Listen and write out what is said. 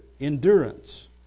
endurance